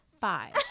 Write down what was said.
five